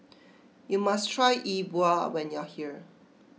you must try Yi Bua when you are here